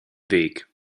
weg